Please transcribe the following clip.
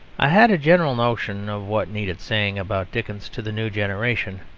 i had a general notion of what needed saying about dickens to the new generation,